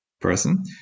person